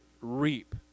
reap